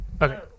Okay